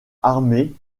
armee